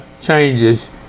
changes